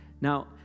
Now